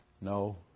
No